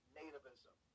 nativism